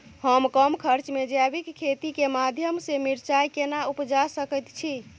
हम कम खर्च में जैविक खेती के माध्यम से मिर्चाय केना उपजा सकेत छी?